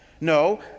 No